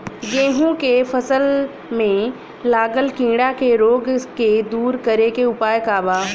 गेहूँ के फसल में लागल कीड़ा के रोग के दूर करे के उपाय का बा?